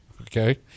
okay